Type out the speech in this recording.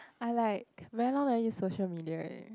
I like very long never use social media already